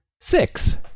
six